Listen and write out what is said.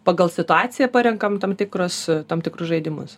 pagal situaciją parenkam tam tikrus tam tikrus žaidimus